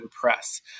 Press